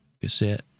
cassette